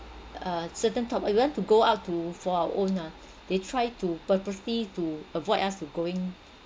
uh certain top we want to go out to for our own ah they try to purposely to avoid us to going